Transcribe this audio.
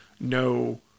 no